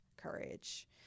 courage